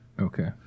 Okay